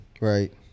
Right